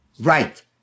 Right